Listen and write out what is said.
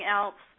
else